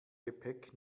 gepäck